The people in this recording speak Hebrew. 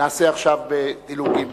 נעשה עכשיו בדילוגים.